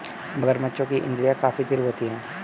मगरमच्छों की इंद्रियाँ काफी तीव्र होती हैं